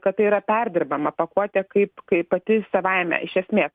kad tai yra perdirbama pakuotė kaip kaip pati savaime iš esmės